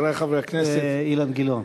אילן גילאון.